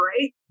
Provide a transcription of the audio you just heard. right